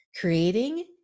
creating